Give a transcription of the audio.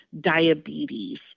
diabetes